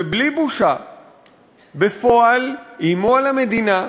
ובלי בושה איימו בפועל על המדינה,